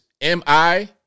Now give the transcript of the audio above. M-I